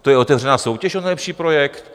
To je otevřená soutěž o nejlepší projekt?